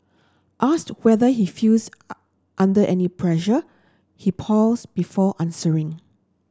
asked whether he feels under any pressure he pauses before answering